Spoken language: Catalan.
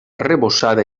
arrebossada